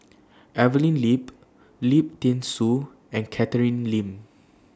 Evelyn Lip Lim Thean Soo and Catherine Lim